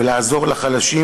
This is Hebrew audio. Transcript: ולעזור לחלשים,